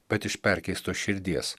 bet iš perkeistos širdies